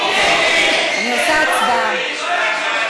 אני עושה הצבעה.